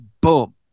boom